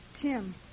Tim